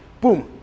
boom